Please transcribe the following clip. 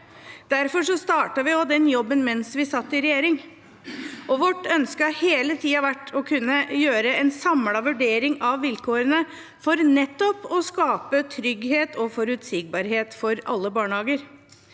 Derfor startet vi den jobben mens vi satt i regjering. Vårt ønske har hele tiden vært å kunne gjøre en samlet vurdering av vilkårene for nettopp å skape trygghet og forutsigbarhet for alle barnehager.